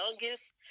youngest